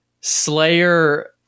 Slayer